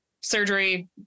surgery